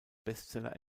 bestseller